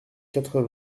quatre